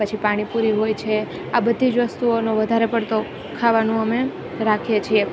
પછી પાણી પૂરી હોય છે આ બધી જ વસ્તુઓનો વધારે પડતો ખાવાનું અમે રાખીએ છીએ